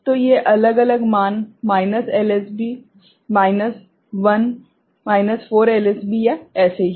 तो ये अलग अलग मान माइनस एलएसबी माइनस 1 4 एलएसबी या एसे ही